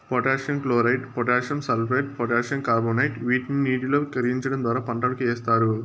potassium chloride, potassium sulphate, potassium carbonate వీటిని నీటిలో కరిగించడం ద్వారా పంటలకు ఏస్తారు